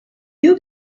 you